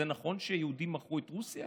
זה נכון שיהודים מכרו את רוסיה?